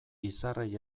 izarrei